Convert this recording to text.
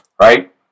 right